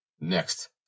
Next